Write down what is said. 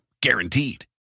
Guaranteed